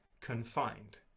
confined